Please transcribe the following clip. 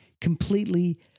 completely